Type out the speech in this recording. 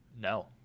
No